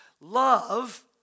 love